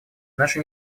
наши